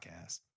podcast